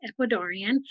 Ecuadorian